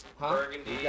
burgundy